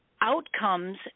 outcomes